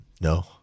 No